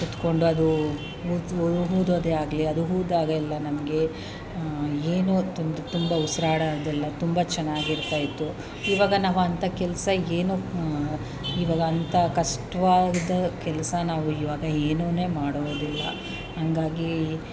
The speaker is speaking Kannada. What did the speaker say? ಕೂತ್ಕೊಂಡು ಅದು ಊದಿ ಅದು ಊದೋದೇ ಆಗಲಿ ಅದು ಊದಿದಾಗೆಲ್ಲ ನಮಗೆ ಏನೋ ತುಂಬ ತುಂಬ ಉಸಿರಾಡೋದೆಲ್ಲ ತುಂಬ ಚೆನ್ನಾಗಿರ್ತಾಯಿತ್ತು ಇವಾಗ ನಾವು ಅಂತ ಕೆಲಸ ಏನೂ ಇವಾಗ ಅಂತ ಕಷ್ಟವಾದ ಕೆಲಸ ನಾವು ಇವಾಗ ಏನೂನು ಮಾಡೋದಿಲ್ಲ ಹಂಗಾಗಿ